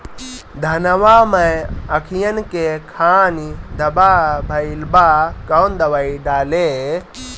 धनवा मै अखियन के खानि धबा भयीलबा कौन दवाई डाले?